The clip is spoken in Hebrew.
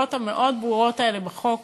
הקביעות המאוד-ברורות האלה בחוק